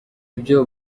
ibyo